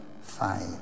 five